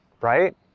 right